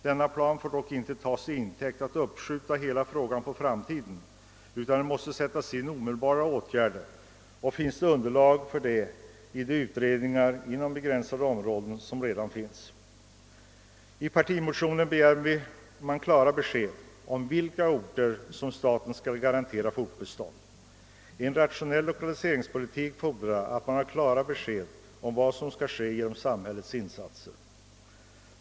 Denna plan får dock inte tas till intäkt för att skjuta upp hela frågan på framtiden, utan omedelbara åtgärder måste sättas in. Det finns underlag för sådana genom de utredningar inom vissa begränsade områden, som redan finns. I partimotionen begär man klara besked om vilka orter som staten skall garantera fortbestånd. En rationell 1okaliseringspolitik fordrar att man har klara besked om vad som skall ske genom samhällets insatser.